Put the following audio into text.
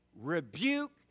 rebuke